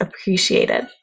appreciated